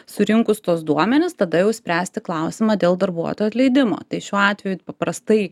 surinkus tuos duomenis tada jau spręsti klausimą dėl darbuotojo atleidimo tai šiuo atveju paprastai